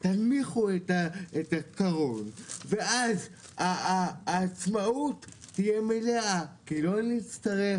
תנמיכו את הקרון ואז העצמאות שלנו תהיה מלאה כי לא נצטרך